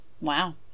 Wow